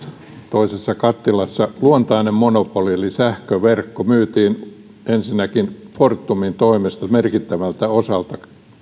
toisessa kattilassa luontainen monopoli eli sähköverkko myytiin ensinnäkin fortumin toimesta merkittävältä osalta